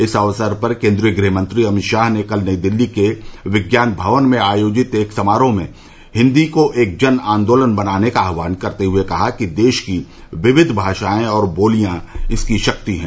इस अक्सर पर केन्द्रीय गृहमंत्री अमित शाह ने कल नई दिल्ली के विज्ञान भवन में आयोजित एक समारोह में हिन्दी को एक जन आंदोलन बनाने का आह्वान करते हुए कहा कि देश की विविध भाषाएं और बोलियां इसकी शक्ति हैं